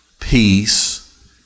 peace